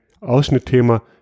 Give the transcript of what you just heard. Ausschnittthema